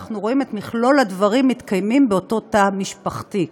אנחנו רואים את מכלול הדברים מתקיימים באותו תא משפחתי.